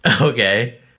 Okay